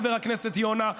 חבר הכנסת יונה,